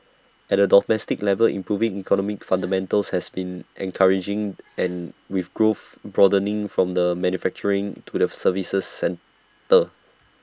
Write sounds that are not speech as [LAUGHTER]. at A domestic level improving economic [NOISE] fundamentals have been encouraging [NOISE] and with growth broadening from the manufacturing to the services sectors